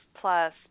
plus